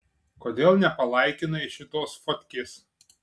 kodėl nepalaikinai šitos fotkės